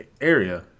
area